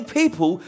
people